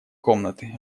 комнаты